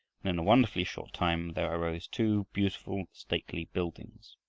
and in a wonderfully short time there arose two beautiful, stately buildings.